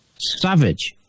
savage